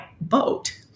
boat